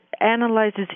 analyzes